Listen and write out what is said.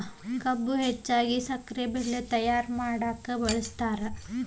ಕಬ್ಬು ಹೆಚ್ಚಾಗಿ ಸಕ್ರೆ ಬೆಲ್ಲ ತಯ್ಯಾರ ಮಾಡಕ ಬಳ್ಸತಾರ